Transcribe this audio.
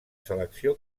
selecció